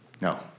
No